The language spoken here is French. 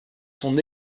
son